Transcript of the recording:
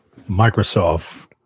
Microsoft